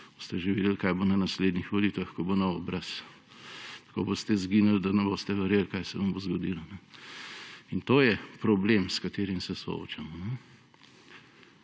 Boste že videli, kaj bo na naslednjih volitvah, ko bo nov obraz. Tako boste izginili, da ne boste verjeli, kaj se vam bo zgodilo. In to je problem, s katerim se soočamo.